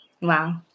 Wow